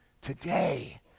today